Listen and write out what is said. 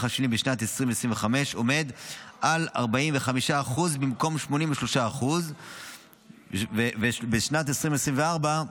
חשמליים בשנת 2025 עומד על 45% במקום 83%. ובשנת 2024,